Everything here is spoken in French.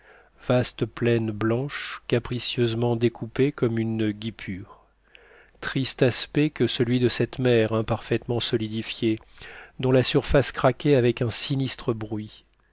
vaste plaine blanche capricieusement découpée comme une guipure triste aspect que celui de cette mer imparfaitement solidifiée dont la surface craquait avec un sinistre bruit